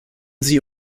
sie